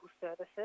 Services